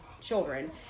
children